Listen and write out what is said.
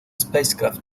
spacecraft